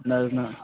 نَہ حظ نَہ